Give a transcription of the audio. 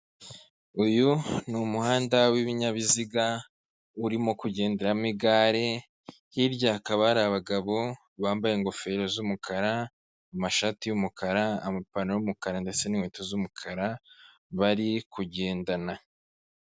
Uyu ni umuhanda w'ibinyabiziga urimo kugenderamo igare, hirya hakaba hari abagabo bambaye ingofero z'umukara, amashati y'umukara, amapantaro y'umukara ndetse n'inkweto z'umukara, bari kugendana.